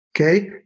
Okay